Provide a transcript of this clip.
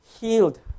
healed